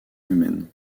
humaine